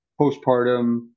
postpartum